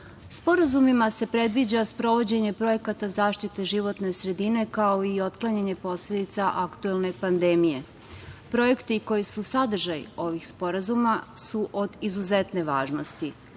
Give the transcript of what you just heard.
napretku. Sporazumima se predviđa sprovođenje projekata zaštite životne sredine, kao i otklanjanje posledica aktuelne pandemije. Projekti koji su sadržaji ovih sporazuma su od izuzetne važnosti,